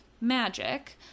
magic